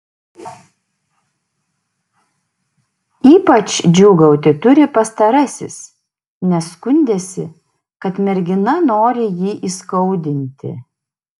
ypač džiūgauti turi pastarasis nes skundėsi kad mergina nori jį įskaudinti